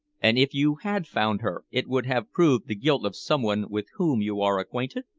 and if you had found her it would have proved the guilt of someone with whom you are acquainted?